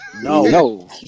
No